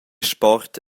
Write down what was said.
sport